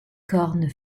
cornes